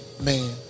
man